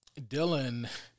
Dylan